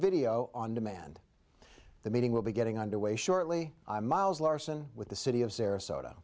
video on demand the meeting will be getting underway shortly i'm miles larson with the city of sarasota